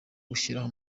gushyiraho